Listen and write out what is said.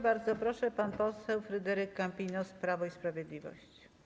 Bardzo proszę, pan poseł Fryderyk Kapinos, Prawo i Sprawiedliwość.